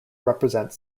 represent